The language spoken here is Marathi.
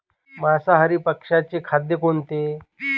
मांसाहारी पक्ष्याचे खाद्य कोणते?